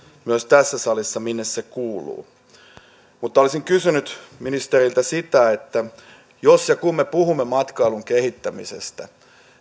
myös tässä salissa mille se kuuluu olisin kysynyt ministeriltä jos ja kun me puhumme matkailun kehittämisestä